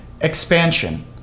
expansion